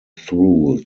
through